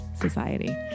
society